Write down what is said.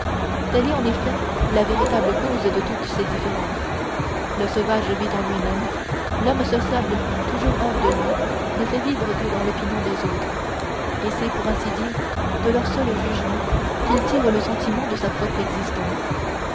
est en effet la véritable cause de toutes ces différences le sauvage vit en lui-même l'homme sociable toujours hors de lui ne fait vivre que dans l'opinion des autres et c'est pour ainsi dire de leur seul jugement qu'il tire le sentiment de sa propre existence